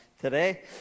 today